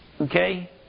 Okay